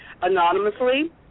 anonymously